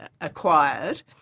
acquired